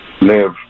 live